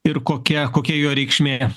ir kokia kokia jo reikšmė